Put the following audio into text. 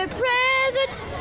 presents